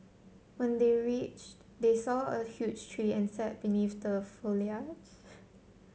when they reached they saw a huge tree and sat beneath the foliage